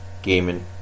gaming